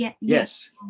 Yes